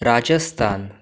Rajasthan